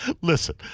Listen